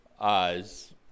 eyes